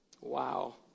Wow